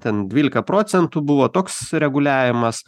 ten dvylika procentų buvo toks reguliavimas